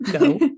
no